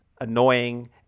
annoying